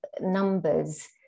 numbers